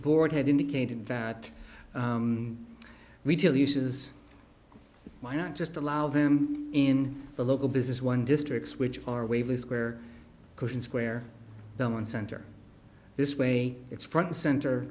board had indicated that retail uses why not just allow them in the local business one districts which are waving square cushions square one center this way it's front center